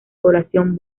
población